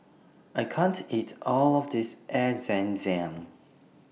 I can't eat All of This Air Zam Zam